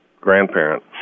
grandparent